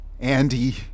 Andy